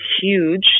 huge